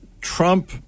Trump